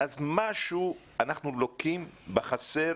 אז אנחנו לוקים בחסר